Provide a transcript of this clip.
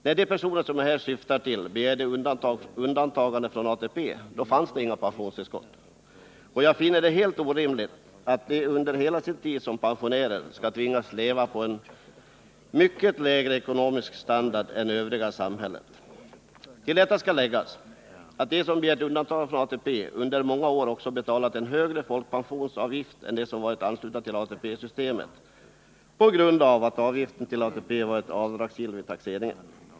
När de personer som jag här syftar på begärde undantagande från ATP fanns det inga pensionstillskott, och jag finner det helt orimligt att de under hela sin tid som pensionärer skall tvingas leva på en mycket lägre ekonomisk standard än övriga i samhället. Till detta skall läggas att de som begärt undantagande från ATP under många år också betalat en högre folkpensionsavgift än de som varit anslutna till ATP-systemet på grund av att avgiften till ATP varit avdragsgill vid taxeringen.